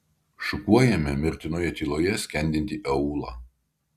šukuojame mirtinoje tyloje skendintį aūlą